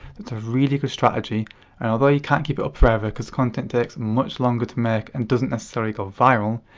it's a really good strategy and although you can't keep it forever because the content takes much longer to make and doesn't necessarily go viral,